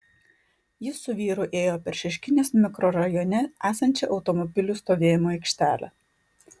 ji su vyru ėjo per šeškinės mikrorajone esančią automobilių stovėjimo aikštelę